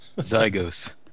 Zygos